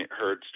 heard